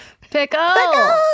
Pickle